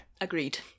Agreed